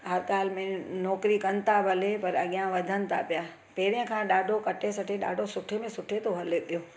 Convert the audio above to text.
हर हाल में नौकिरी कनि था भले पर अॻियां वधनि था पिया पहिरीं खां मटे सटे ॾाढे सुठे में सुठो हले थियो पियो